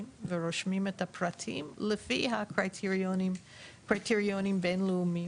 ורושמים את הפרטים לפי הקריטריונים הבין לאומיים,